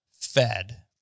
fed